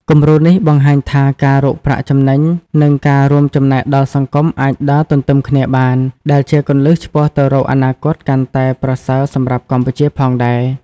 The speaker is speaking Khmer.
គំរូនេះបង្ហាញថាការរកប្រាក់ចំណេញ និងការរួមចំណែកដល់សង្គមអាចដើរទន្ទឹមគ្នាបាន ដែលជាគន្លឹះឆ្ពោះទៅរកអនាគតកាន់តែប្រសើរសម្រាប់កម្ពុជាផងដែរ ។